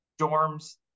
dorms